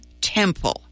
temple